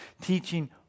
teaching